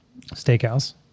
steakhouse